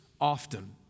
often